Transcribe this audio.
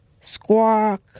Squawk